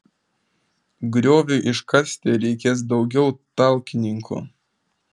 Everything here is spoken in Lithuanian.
grioviui iškasti reikės daugiau talkininkų